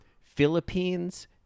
Philippines